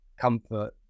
comfort